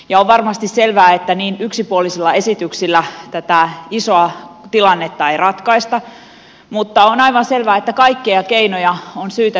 on varmasti selvää että niin yksipuolisilla esityksillä tätä isoa tilannetta ei ratkaista mutta on aivan selvää että kaikkia keinoja on syytä nyt punnita